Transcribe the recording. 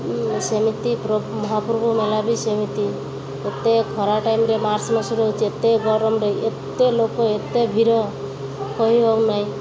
ସେମିତି ମହାପୂର୍ବ ମେଳା ବି ସେମିତି ଏତେ ଖରା ଟାଇମ୍ରେ ମାର୍ଚ୍ଚ ମାସ ରହୁଛି ଏତେ ଗରମରେ ଏତେ ଲୋକ ଏତେ ଭିଡ଼ କହି ହଉ ନାହିଁ